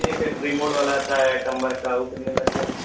एक रिमोड वाला आता है का उ कितने में लगता है